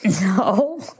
No